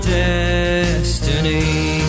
destiny